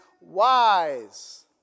wise